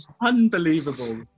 Unbelievable